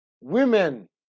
women